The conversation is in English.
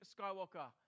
Skywalker